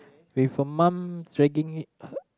before mom dragging it her